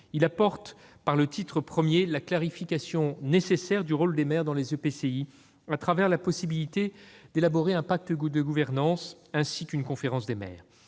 Il apporte, au titre I, la nécessaire clarification du rôle des maires dans les EPCI, à travers la possibilité d'élaborer un pacte de gouvernance ainsi qu'une conférence des maires.